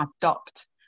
adopt